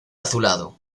azulado